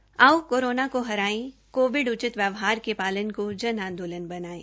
आओ कोरोना को हराए कोविड उचित व्यवहार के पालन को जन आंदोलन बनायें